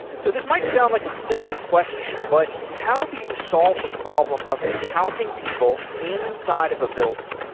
so this might sound like a simple question. but how do you solve the problem of counting people inside of a building?